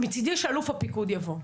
מצידי שאלוף הפיקוד יבוא.